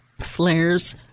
flares